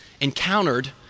encountered